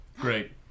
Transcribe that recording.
Great